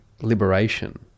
liberation